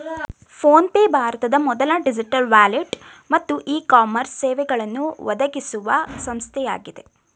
phone pay ಭಾರತದ ಮೊದಲ digital wallet ಮತ್ತು ಇ ಕಾಮರ್ಸ್ ಸೇವೆಗಳನ್ನು ಒದಗಿಸುವ ಸಂಸ್ಥೆಯಾಗಿದೆ